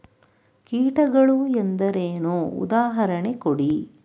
ಕೀಟಗಳು ಎಂದರೇನು? ಉದಾಹರಣೆ ಕೊಡಿ?